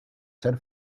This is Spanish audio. ser